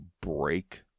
break